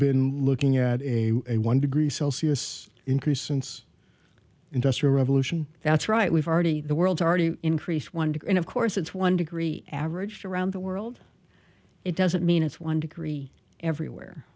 been looking at a one degree celsius increase since industrial revolution that's right we've already the world's already increased one degree and of course it's one degree averaged around the world it doesn't mean it's one degree everywhere